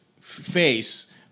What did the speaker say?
face